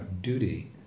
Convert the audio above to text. duty